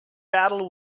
battle